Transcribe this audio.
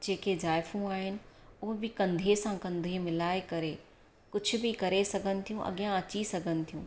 जेके ज़ाइफ़ूं आहिनि उहे बि कंधे सां कंधे मिलाए करे कुझु बि करे सघनि थियूं अॻियां अची सघनि थियूं